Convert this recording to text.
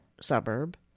suburb